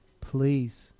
please